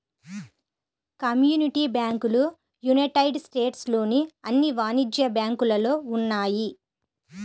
community బ్యాంకులు United States లోని అన్ని వాణిజ్య బ్యాంకులలో ఉన్నాయి